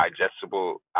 digestible